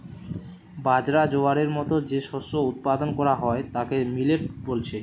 বাজরা, জোয়ারের মতো যে শস্য উৎপাদন কোরা হয় তাকে মিলেট বলছে